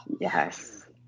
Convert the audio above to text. Yes